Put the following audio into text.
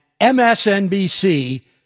MSNBC